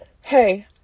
Hey